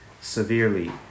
severely